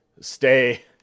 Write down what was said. stay